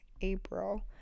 April